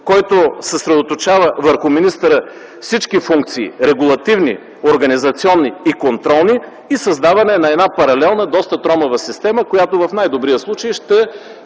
който съсредоточава върху министъра всички функции – регулативни, организационни и контролни, и създаване на паралелна, доста тромава система, която в най-добрия случай ще